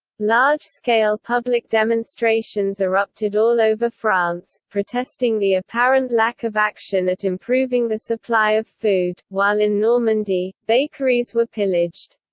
large-scale public demonstrations erupted all over france, protesting the apparent lack of action at improving the supply of food, while in normandy, bakeries were pillaged.